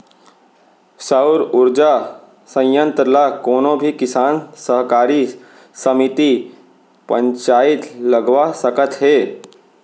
सउर उरजा संयत्र ल कोनो भी किसान, सहकारी समिति, पंचईत लगवा सकत हे